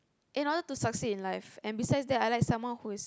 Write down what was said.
in order to succeed in life and besides that I like someone who is